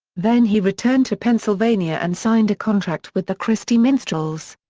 then he returned to pennsylvania and signed a contract with the christy minstrels.